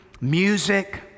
music